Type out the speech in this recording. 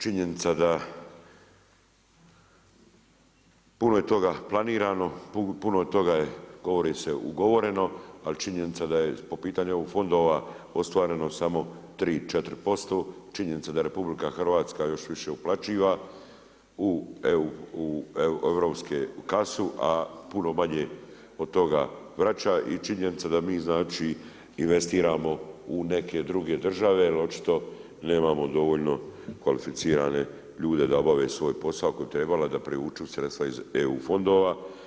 Činjenica da puno je toga planirano, puno toga je govori se ugovoreno, ali činjenica da je po pitanju eu fondova ostvareno samo 3, 4%, činjenica da RH još više uplaćiva u europsku kasu, a puno manje od toga vraća i činjenica da mi investiramo u neke druge države jer očito nemamo dovoljno kvalificirane ljude da obave svoj posao koji bi trebalo da povuču sredstva iz eu fondova.